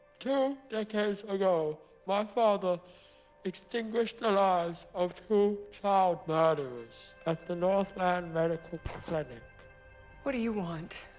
two decades ago my father extinguished the lives of two child murderers at the. northland medical clinic. what do you want?